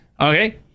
Okay